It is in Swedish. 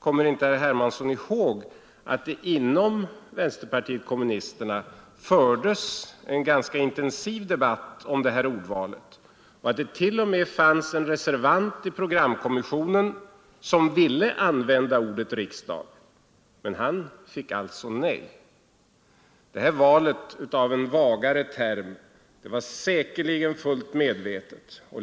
Kommer inte herr Hermansson ihåg att det inom vänsterpartiet kommunisterna fördes en ganska intensiv debatt om det här ordvalet och att det t.o.m. fanns en reservant i programkommissionen som ville använda ordet riksdag? Han fick alltså nej. Det här valet av en vagare term var säkerligen fullt medvetet.